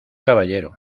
caballero